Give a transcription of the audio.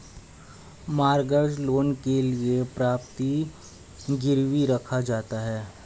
mortgage loan के लिए property गिरवी रखा जाता है